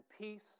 peace